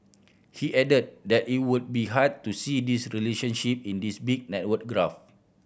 he added that it would be hard to see this relationship in this big network graph